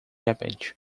repente